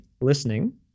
listening